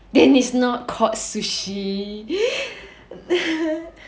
then it's not called sushi